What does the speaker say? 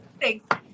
Thanks